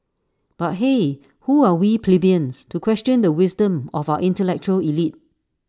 but hey who are we plebeians to question the wisdom of our intellectual elite